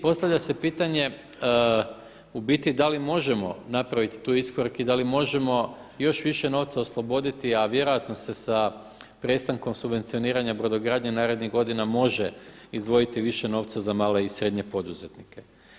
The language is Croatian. Pitanje u biti da li možemo napraviti tu iskorak i da li možemo još više novca osloboditi, a vjerojatno se sa prestankom subvencioniranja brodogradnje narednih godina može izdvojiti više novca za male i srednje poduzetnike.